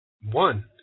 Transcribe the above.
One